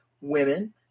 women